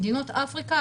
במדינות אפריקה,